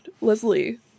leslie